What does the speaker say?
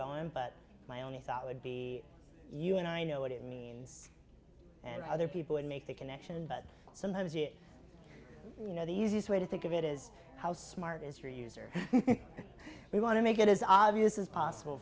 going but my only thought would be you and i know what it means and other people would make the connection but sometimes it you know the easiest way to think of it is how smart is your user we want to make it as obvious as possible